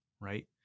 right